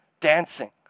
dancing